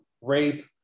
rape